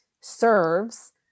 serves